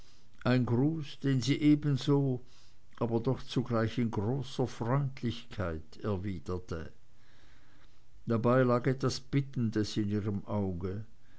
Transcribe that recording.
ein gruß den sie ebenso aber doch zugleich in großer freundlichkeit erwiderte dabei lag etwas bittendes in ihrem auge